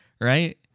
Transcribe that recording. Right